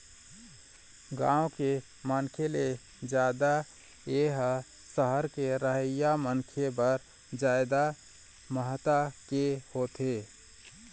गाँव के मनखे ले जादा ए ह सहर के रहइया मनखे बर जादा महत्ता के होथे